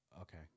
Okay